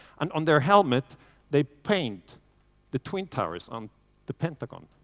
and on their helmet they paint the twin towers on the pentagon.